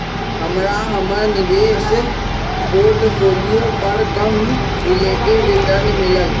हमरा हमर निवेश पोर्टफोलियो पर कम रिलेटिव रिटर्न मिलल